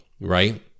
right